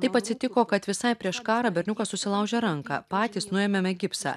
taip atsitiko kad visai prieš karą berniukas susilaužė ranką patys nuėmėme gipsą